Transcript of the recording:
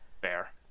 Fair